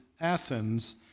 Athens